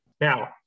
Now